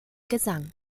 gesang